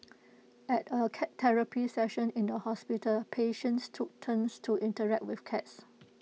at A cat therapy session in the hospital patients took turns to interact with cats